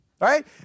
Right